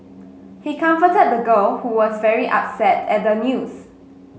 he comforted the girl who was very upset at the news